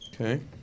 Okay